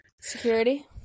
Security